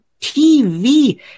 TV